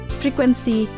frequency